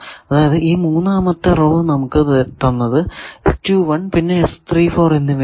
അതായത് ഈ മൂന്നാമത്തെ റോ നമുക്ക് തന്നത് പിന്നെ എന്നിവ ആണ്